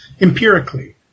empirically